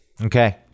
Okay